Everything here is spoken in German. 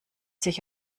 sich